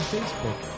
Facebook